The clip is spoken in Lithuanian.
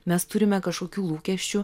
mes turime kažkokių lūkesčių